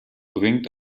bringt